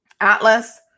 Atlas